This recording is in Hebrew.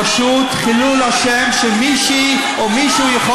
פשוט חילול השם שמישהי או מישהו יכול